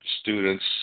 students